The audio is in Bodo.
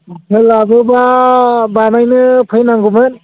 सोलाबोबा बानायनो फैनांगौमोन